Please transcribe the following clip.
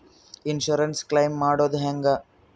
Insurance claim ಮಾಡೋದು ಹೆಂಗ?